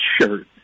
shirt